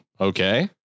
Okay